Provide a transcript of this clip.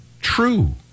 true